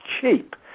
cheap